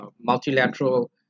multilateral